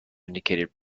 indicated